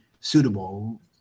suitable